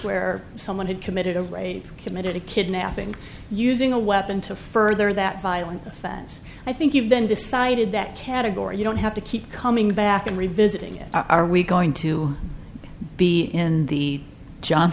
where someone had committed a rape committed a kidnapping using a weapon to further that violent offense i think you've then decided that category you don't have to keep coming back and revisiting it are we going to be in the john